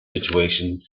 situation